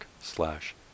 slash